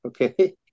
okay